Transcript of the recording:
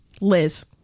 Liz